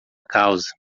causa